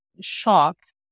shocked